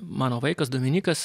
mano vaikas dominykas